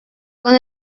con